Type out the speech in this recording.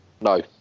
no